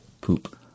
poop